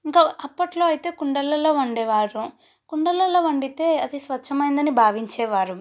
ఇంకా అప్పట్లో అయితే కుండలలో వండేవారు కుండలలో వండితే అది స్వచ్ఛమైందని భావించేవారం